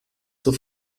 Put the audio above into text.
zur